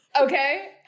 Okay